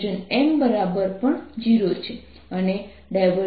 M0 પણ છે અને